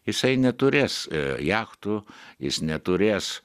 jisai neturės jachtų jis neturės